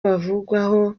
bavugwaho